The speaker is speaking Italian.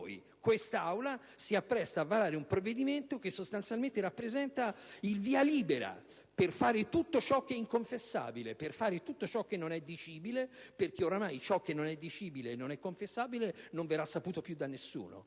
quest'Aula si appresta a varare un provvedimento che, sostanzialmente, rappresenta il via libera per fare tutto ciò che è inconfessabile e non dicibile perché, ormai, tutto ciò che non è dicibile e non confessabile non verrà più conosciuto da nessuno.